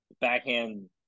backhand